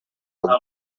gukora